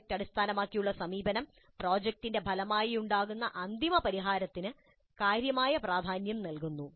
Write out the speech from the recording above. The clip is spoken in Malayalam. പ്രോജക്റ്റ് അടിസ്ഥാനമാക്കിയുള്ള സമീപനം പ്രോജക്ടിന്റെ ഫലമായുണ്ടാകുന്ന അന്തിമ പരിഹാരത്തിന് കാര്യമായ പ്രാധാന്യം നൽകുന്നു